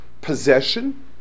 possession